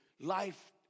life